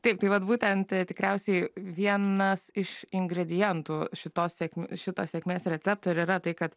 taip tai vat būtent tikriausiai vienas iš ingredientų šitos sėkmės šito sėkmės recepto ir yra tai kad